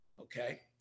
okay